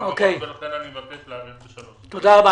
תודה.